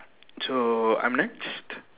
so I'm next